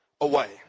away